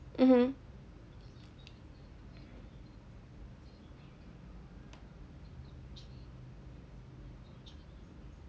mmhmm